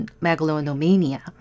megalomania